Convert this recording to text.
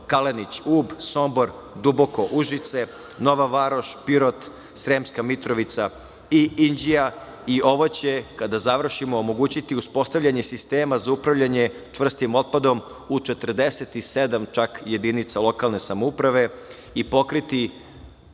Kalenić, Ub, Sombor, Duboko, Užice, Nova Varoš, Pirot, Sremska Mitrovica i Inđija i ovo će, kada završimo, omogućiti uspostavljanje sistema za upravljanje čvrstim otpadom u 47 čak jedinica lokalne samouprave i pokriti